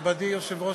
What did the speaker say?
נכבדי היושב-ראש,